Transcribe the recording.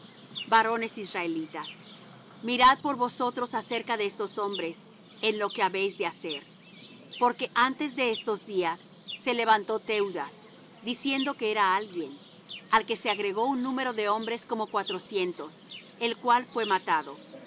varones israelitas mirad por vosotros acerca de estos hombres en lo que habéis de hacer porque antes de estos días se levantó teudas diciendo que era alguien al que se agregó un número de hombres como cuatrocientos el cual fué matado